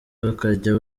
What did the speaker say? bakajya